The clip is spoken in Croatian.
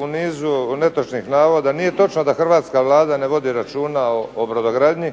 u nizu netočnih navoda. Nije točno da hrvatska Vlada ne vodi računa o brodogradnji.